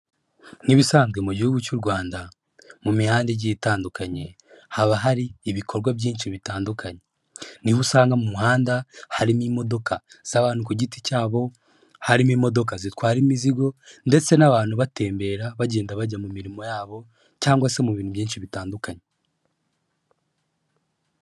Nk'ibisanzwe mu gihugu cy'u Rwanda mu mihanda igiye itandukanye haba hari ibikorwa byinshi bitandukanye, niho usanga mu muhanda harimo imodoka z'abantu ku giti cyabo, harimo imodoka zitwara imizigo ndetse n'abantu batembera bagenda bajya mu mirimo yabo cyangwa se mu bintu byinshi bitandukanye.